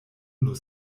nur